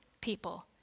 people